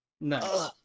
No